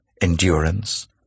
endurance